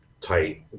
tight